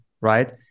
right